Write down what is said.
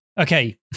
Okay